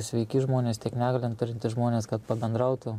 sveiki žmonės tiek negalią turintys žmonės kad pabendrautų